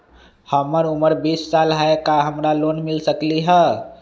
हमर उमर बीस साल हाय का हमरा लोन मिल सकली ह?